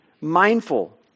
mindful